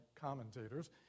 commentators